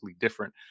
different